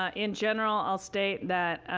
ah in general, i will state that